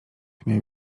miał